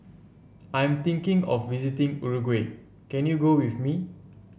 I'm thinking of visiting Uruguay can you go with me